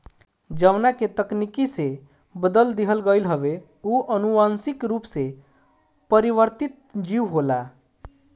जवना के तकनीकी से बदल दिहल गईल हवे उ अनुवांशिक रूप से परिवर्तित जीव होला